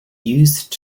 used